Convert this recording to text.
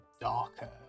darker